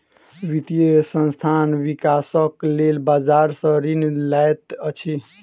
वित्तीय संस्थान, विकासक लेल बजार सॅ ऋण लैत अछि